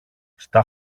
στα